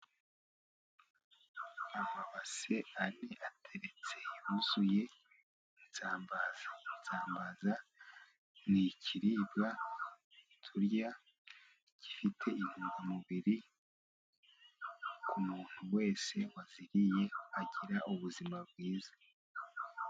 Amabase ane ateretse yuzuye insambaza, insambaza ni ikiribwa turya gifite intungamubiri, ku muntu wese waziriye agira ubuzima bwiza.